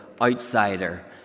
outsider